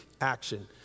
action